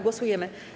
Głosujemy.